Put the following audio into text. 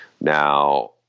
now